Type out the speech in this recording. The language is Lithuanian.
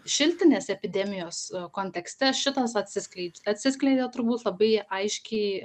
šiltinės epidemijos kontekste šitas atsiskleidžia atsiskleidė turbūt labai aiškiai